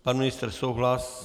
Pan ministr souhlas...